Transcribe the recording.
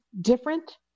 different